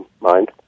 mind